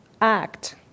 act